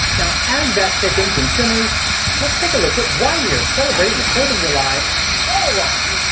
now as that thickens and simmers let's take a look at why we are celebrating the fourth of july all wrong.